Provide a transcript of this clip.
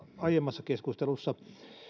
aiemmassa keskustelussa